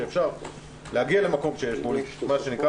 שאפשר להגיע למקום שיש בו חשש,